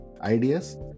ideas